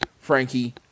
Frankie